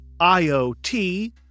IoT